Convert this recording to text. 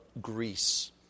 Greece